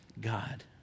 God